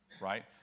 right